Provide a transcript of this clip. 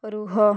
ରୁହ